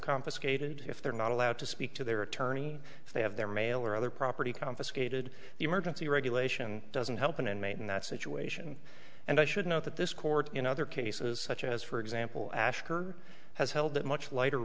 confiscated if they're not allowed to speak to their attorney if they have their mail or other property confiscated the emergency regulation doesn't help an inmate in that situation and i should note that this court in other cases such as for example ash her has held that much lighter